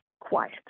Quiet